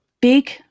Big